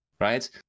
right